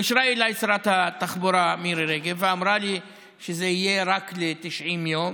התקשרה אליי שרת התחבורה מירי רגב ואמרה לי שזה יהיה רק ל-90 יום,